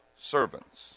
servants